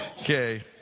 Okay